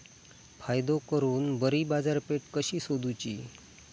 फायदो करून बरी बाजारपेठ कशी सोदुची?